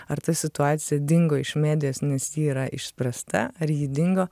ar ta situacija dingo iš medijos nes ji yra išspręsta ar ji dingo